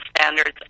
standards